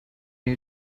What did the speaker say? new